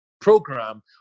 program